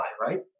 right